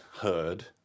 heard